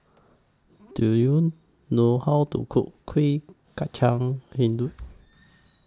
Do YOU know How to Cook Kuih Kacang